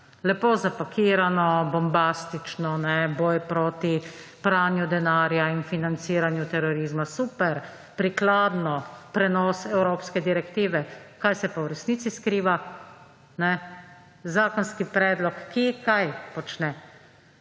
Lepo zapakirano, bombastično, boj proti pranju denarja in financiranju terorizma, super, prikladno, prenos evropske direktive. Kaj se pa v resnici skriva? Zakonski predlog, ki kaj počne?